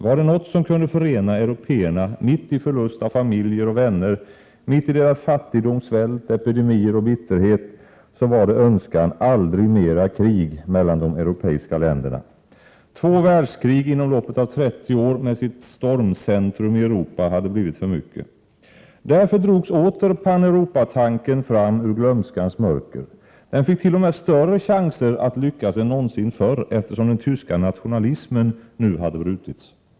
Var det något som kunde förena européerna mitt i förlust av familjer och vänner, mitt i deras fattigdom, svält, epidemier och bitterhet, så var det en önskan: aldrig mera krig mellan de europeiska länderna. Två världskrig inom loppet av 30 år med sitt stormcentrum i Europa hade blivit för mycket. Därför drogs åter Paneuropatanken fram ur glömskans mörker. Den fick t.o.m. större chanser att lyckas än någonsin förr, eftersom den tyska nationalismen nu hade brutits.